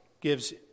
gives